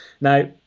Now